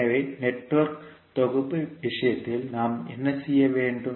எனவே நெட்வொர்க் தொகுப்பு விஷயத்தில் நாம் என்ன செய்வோம்